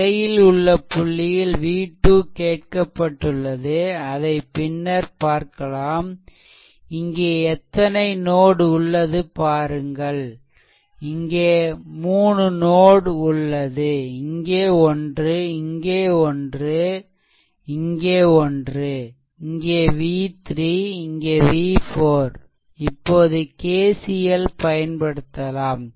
இடையில் உள்ள புள்ளியில் V2 கேட்கப்பட்டுள்ளது அதை பின்னர் பார்க்கலாம் இங்கே எத்தனை நோட் உள்ளது என்று பாருங்கள் இங்கே 3 நோட் உள்ளது இங்கே ஒன்றுஇங்கே ஒன்று இங்கே v3 இங்கே v4 இப்போது KCL பயன்படுத்தலாம்